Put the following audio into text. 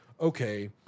Okay